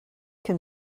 can